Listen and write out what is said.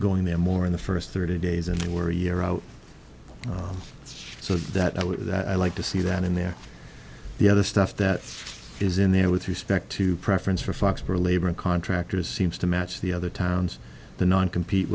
going there more in the first thirty days and they were a year out so that i would like to see that in there the other stuff that is in there with respect to preference for fox for labor contractors seems to match the other towns the non compete